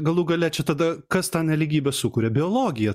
galų gale čia tada kas tą nelygybę sukuria biologija